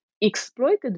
exploited